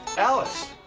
alice.